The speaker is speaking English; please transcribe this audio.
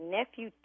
Nephew